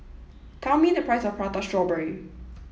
tell me the price of Prata Strawberry